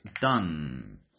done